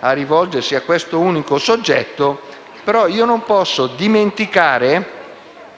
a rivolgersi a questo unico soggetto. Io non posso però dimenticare